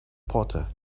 porter